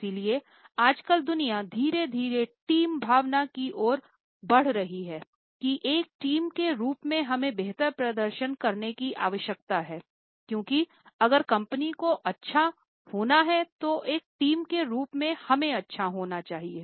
इसलिए आजकल दुनिया धीरे धीरे टीम भावना की ओर बढ़ रही है कि एक टीम के रूप में हमें बेहतर प्रदर्शन करने की आवश्यकता है क्योंकि अगर कंपनी को अच्छा होना है तो एक टीम के रूप में हमें अच्छा होना चाहिए